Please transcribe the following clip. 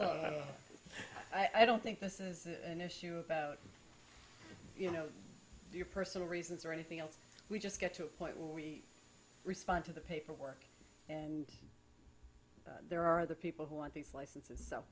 i'm i don't think this is an issue about you know your personal reasons or anything else we just get to a point where we respond to the paperwork there are the people who want the license so